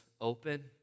open